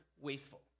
wasteful